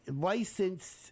licensed